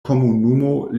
komunumo